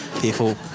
people